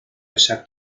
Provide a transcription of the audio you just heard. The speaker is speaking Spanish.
esa